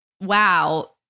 wow